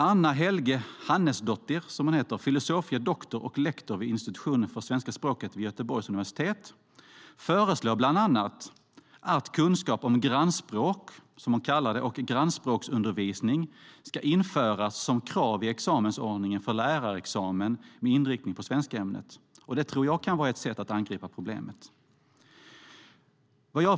Anna Helga Hannesdóttir, filosofie doktor och lektor vid Institutionen för svenska språket vid Göteborgs universitet, föreslår bland annat att kunskap om grannspråk, som hon kallar det, och grannspråksundervisning ska införas som krav i examensordningen för lärarexamen med inriktning på svenskämnet. Det tror jag kan vara ett sätt att angripa problemet.